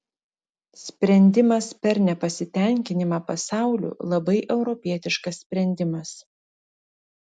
sprendimas per nepasitenkinimą pasauliu labai europietiškas sprendimas